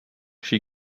she